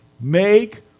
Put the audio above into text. Make